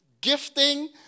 Gifting